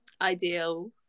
ideal